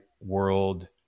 world